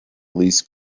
least